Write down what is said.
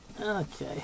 Okay